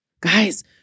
Guys